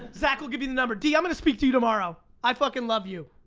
and zach'll give you the number. dee, i'm gonna speak to you tomorrow. i fuckin' love you.